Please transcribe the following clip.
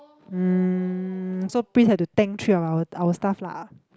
um so Pris has to tank three of our our stuff lah